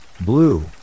blue